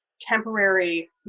temporary